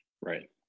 right